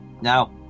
Now